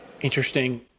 Interesting